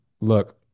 Look